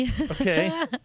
Okay